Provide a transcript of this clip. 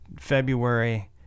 February